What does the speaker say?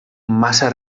massa